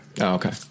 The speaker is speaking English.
Okay